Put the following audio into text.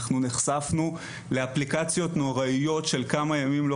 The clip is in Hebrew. אנחנו נחשפנו לאפליקציות נוראיות של כמה ימים לא